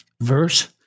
verse